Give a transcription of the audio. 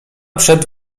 przed